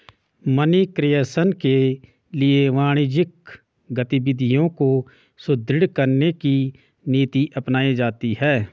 money creation के लिए वाणिज्यिक गतिविधियों को सुदृढ़ करने की नीति अपनाई जाती है